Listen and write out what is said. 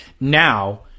Now